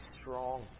strong